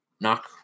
Knock